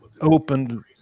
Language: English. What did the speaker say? opened